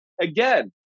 again